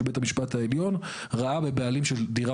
שבית המשפט העליון ראה בבעלים של דירה